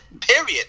period